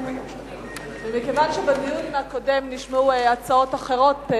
ומכיוון שבדיון הקודם נשמעו הצעות אחרות,